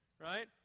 Right